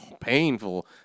painful